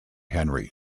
henry